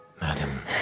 Madam